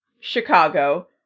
Chicago